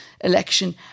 election